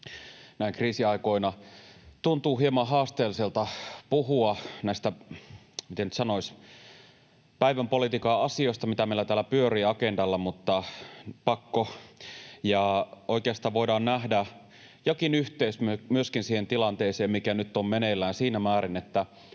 Näin kriisiaikoina tuntuu hieman haasteelliselta puhua näistä, miten nyt sanoisi, päivänpolitiikan asioista, mitä meillä täällä pyörii agendalla, mutta pakko. Oikeastaan voidaan nähdä jokin yhteys myöskin siihen tilanteeseen, mikä nyt on meneillään, siinä määrin, että